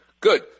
Good